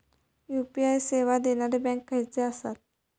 UPI सेवा देणारे bank खयचे आसत?